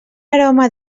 aroma